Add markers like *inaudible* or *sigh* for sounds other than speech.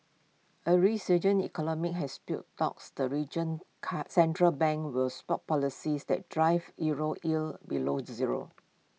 A resurgent economy has spurred talks the region's *unintelligible* central bank will spot policies that drove euro yields below zero